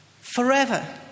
forever